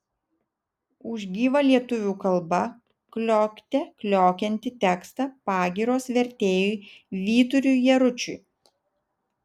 už gyva lietuvių kalba kliokte kliokiantį tekstą pagyros vertėjui vyturiui jaručiui